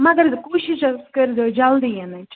مگر کوٗشِش حظ کٔرۍزیٚو جلدی یِنٕچ